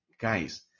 Guys